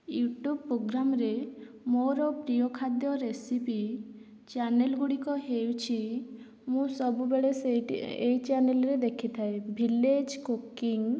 YouTube ପୋଗ୍ରାମରେ ମୋର ପ୍ରିୟ ଖାଦ୍ୟ ରେସିପି ଚ୍ୟାନେଲ ଗୁଡ଼ିକ ହେଉଛି ମୁଁ ସବୁବେଳେ ସେଇଟି ଏହି ଚ୍ୟାନେଲରେ ଦେଖିଥାଏ ଭିଲେଜ କୁକିଂ